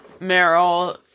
Meryl